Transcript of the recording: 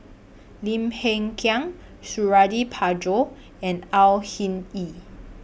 Lim Hng Kiang Suradi Parjo and Au Hing Yee